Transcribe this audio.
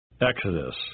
Exodus